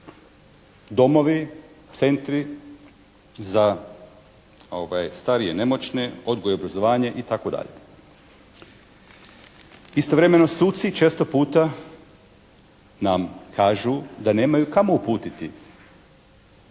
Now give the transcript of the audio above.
Domovi, centri za starije i nemoćne odgoj i obrazovanje itd. Istovremeno suci često puta nam kažu da nemaju kamo uputiti